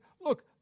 look